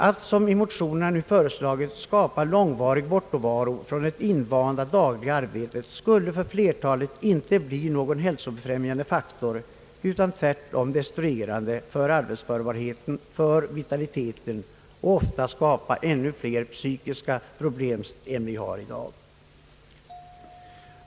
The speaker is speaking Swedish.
Att som i motionerna föreslagits skapa långvarig bortovaro från det invanda dagliga arbetet skulle för flertalet inte bli någon hälsobefrämjande faktor utan tvärtom vara destruerande för arbetsförhet och vitalitet samt ofta skapa ännu fler psykiska problem än vi har i dag.